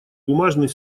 бумажный